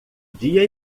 dia